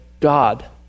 God